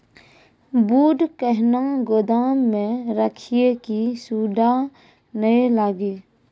बूट कहना गोदाम मे रखिए की सुंडा नए लागे?